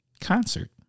Concert